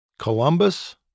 Columbus